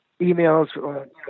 emails